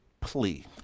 plea